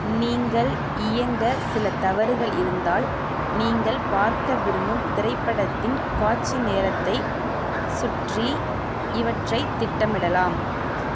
நீங்கள் இயங்க சில தவறுகள் இருந்தால் நீங்கள் பார்க்க விரும்பும் திரைப்படத்தின் காட்சி நேரத்தைச் சுற்றி இவற்றைத் திட்டமிடலாம்